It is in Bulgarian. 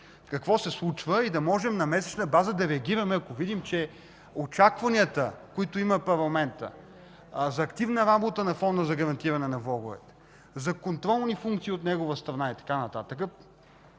какво се случва. Да можем на месечна база да реагираме, ако видим, че очакванията, които има парламентът, за активна работа на Фонда за гарантиране на влоговете, за контролни функции от негова страна и така нататък